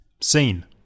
Seen